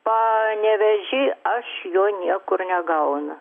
panevėžy aš jo niekur negaunu